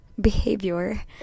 behavior